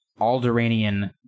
Alderanian